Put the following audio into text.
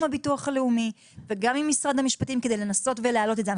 הביטוח הלאומי וגם עם משרד המשפטים כדי לנסות להעלות את זה.